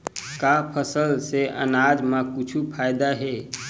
का फसल से आनाज मा कुछु फ़ायदा हे?